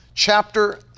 Chapter